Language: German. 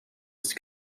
ist